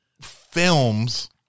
films